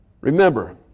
Remember